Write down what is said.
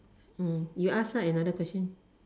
mm you ask ah another question